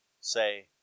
say